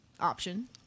Option